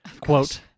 quote